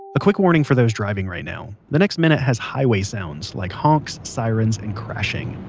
a quick warning for those driving right now. the next minute has highway sounds like honks, sirens, and crashing